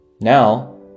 Now